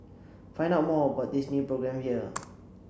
find out more about this new programme here